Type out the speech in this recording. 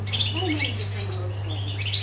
so many different emotions.